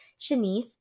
Shanice